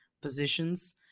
positions